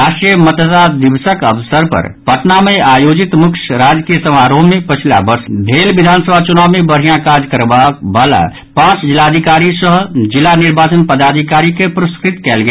राष्ट्रीय मतदाता दिवसक अवसर पर पटना मे आयोजित मुख्य राजकीय समारोह मे पछिला वर्ष भेल विधानसभा च्रनाव मे बढ़िया काज करयवला पांच जिलाधिकारी सह जिला निर्वाचन पदाधिकारी के पुरस्कृत कयल गेल